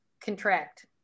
contract